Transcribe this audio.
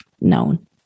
known